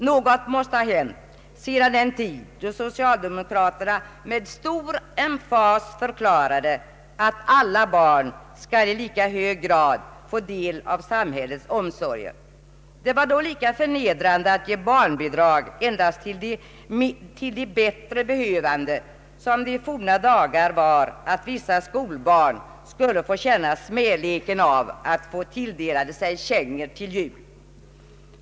Något måste ha hänt sedan den tid då socialdemokraterna med stor emfas förklarade att alla barn skall i lika hög grad få del av samhällets omsorger. Det var då lika förnedrande att ge barnbidrag endast till de bättre behövande som det i forna dagar var att vissa skolbarn skulle få känna smäleken av att få kängor till jul.